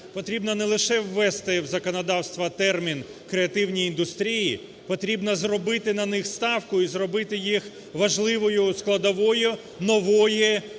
Потрібно не лише ввести в законодавство термін "креативні індустрії", потрібно зробити на них ставку і зробити їх важливою складовою нової економіки